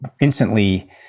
instantly